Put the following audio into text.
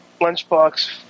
Lunchbox